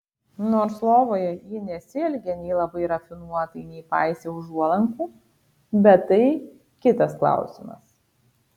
nors lovoje ji nesielgė nei labai rafinuotai nei paisė užuolankų bet tai kitas klausimas